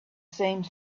same